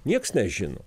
nieks nežino